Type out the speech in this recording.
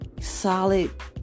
Solid